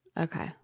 Okay